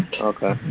Okay